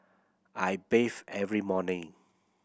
I bathe every morning